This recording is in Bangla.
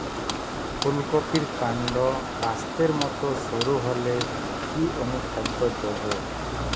ফুলকপির কান্ড কাস্তের মত সরু হলে কি অনুখাদ্য দেবো?